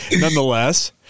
nonetheless